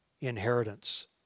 inheritance